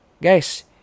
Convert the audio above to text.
guys